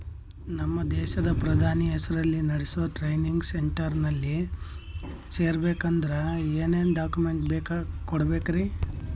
ನಮ್ಮ ದೇಶದ ಪ್ರಧಾನಿ ಹೆಸರಲ್ಲಿ ನೆಡಸೋ ಟ್ರೈನಿಂಗ್ ಸೆಂಟರ್ನಲ್ಲಿ ಸೇರ್ಬೇಕಂದ್ರ ಏನೇನ್ ಡಾಕ್ಯುಮೆಂಟ್ ಕೊಡಬೇಕ್ರಿ?